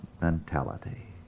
mentality